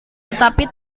tetapi